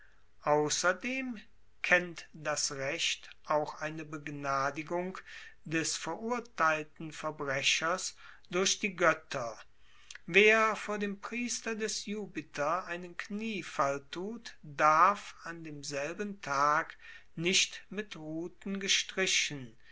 ausserdem kennt das recht auch eine begnadigung des verurteilten verbrechers durch die goetter wer vor dem priester des jupiter einen kniefall tut darf an demselben tag nicht mit ruten gestrichen